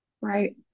right